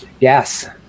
Yes